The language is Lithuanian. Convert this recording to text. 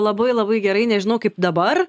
labai labai gerai nežinau kaip dabar